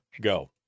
go